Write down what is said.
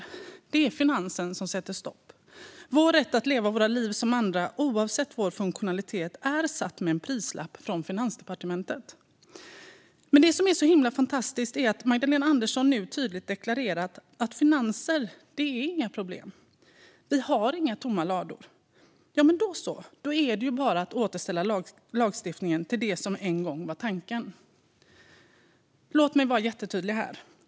Det är Finansen som sätter stopp. Finansdepartementet har satt en prislapp på rätten att leva sitt liv som andra oavsett funktionalitet. Det fantastiska är dock att Magdalena Andersson nu tydligt deklarerat att finanserna inte är något problem. Ladorna är inte tomma. Ja, men då så, då är det bara att återställa lagstiftningen till det som en gång var tanken med den. Låt mig vara jättetydlig.